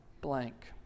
blank